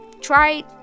try